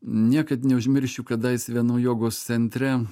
niekad neužmiršiu kadais vieno jogos centre